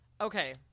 Okay